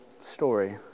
story